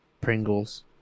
Pringles